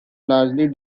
largely